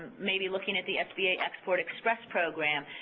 maybe looking at the sba export express program,